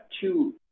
two